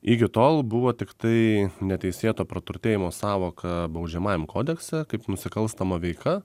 iki tol buvo tiktai neteisėto praturtėjimo sąvoka baudžiamajam kodekse kaip nusikalstama veika